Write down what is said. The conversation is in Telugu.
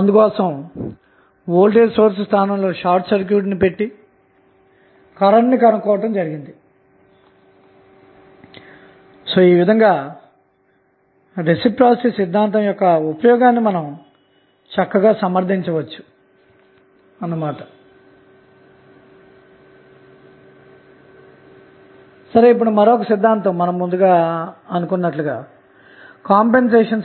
ఇప్పుడుటెర్మినల్స్ ab వద్ద లోడ్ రెసిస్టెన్స్ ను కనెక్ట్ చేస్తే సర్క్యూట్ నుండి గరిష్టమైన పవర్ ని గ్రహించే RL యొక్క విలువను మనం కనుగొనవలసి ఉంటుంది అంటే ప్రశ్నలో ఇవ్వబడిన సర్క్యూట్ నుండి గరిష్ట పవర్ ని గ్రహించే